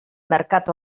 mercat